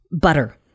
Butter